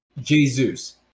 Jesus